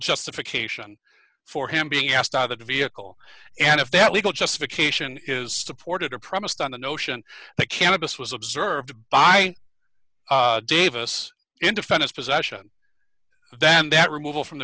justification for him being asked out of the vehicle and if that legal justification is supported or premised on the notion that cannabis was observed by davis in defend his possession then that removal from the